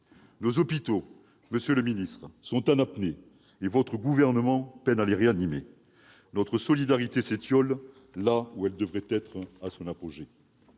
nos hôpitaux sont en apnée et votre gouvernement peine à les réanimer. Notre solidarité s'étiole là où elle devrait être à son apogée.